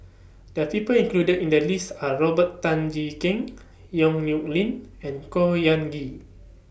The People included in The list Are Robert Tan Jee Keng Yong Nyuk Lin and Khor Ean Ghee